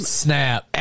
snap